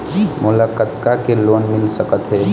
मोला कतका के लोन मिल सकत हे?